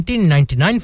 1999